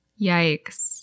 yikes